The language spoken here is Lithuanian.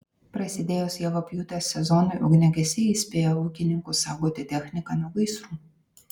prasidėjus javapjūtės sezonui ugniagesiai įspėja ūkininkus saugoti techniką nuo gaisrų